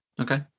Okay